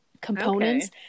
components